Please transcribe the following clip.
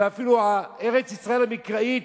ואפילו מארץ-ישראל המקראית,